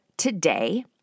Today